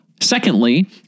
Secondly